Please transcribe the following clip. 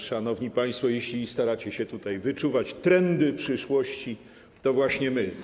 Szanowni państwo, jeśli staracie się tutaj wyczuwać trendy przyszłości, to właśnie my.